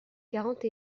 quarante